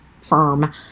firm